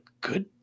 good